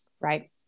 Right